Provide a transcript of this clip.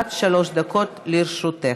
עד שלוש דקות לרשותך.